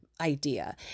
idea